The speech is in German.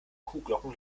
kuhglocken